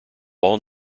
all